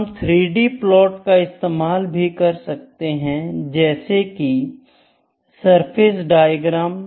हम 3D plot का इस्तेमाल भी कर सकते हैं जैसे कि सरफेस डायग्राम